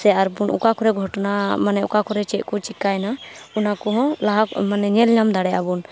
ᱥᱮ ᱟᱨᱵᱚᱱ ᱚᱠᱟ ᱠᱚᱨᱮ ᱜᱷᱚᱴᱚᱱᱟ ᱢᱟᱱᱮ ᱚᱠᱟ ᱠᱚᱨᱮ ᱪᱮᱫᱠᱚ ᱪᱤᱠᱟᱹᱭᱮᱱᱟ ᱚᱱᱟ ᱠᱚᱦᱚᱸ ᱞᱟᱦᱟ ᱢᱟᱱᱮ ᱧᱮᱞ ᱧᱟᱢ ᱫᱟᱲᱮᱜᱼᱟ ᱵᱚᱱ